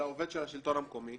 אלא עובד של השלטון המקומי